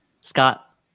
Scott